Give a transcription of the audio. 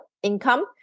income